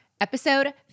episode